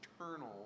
eternal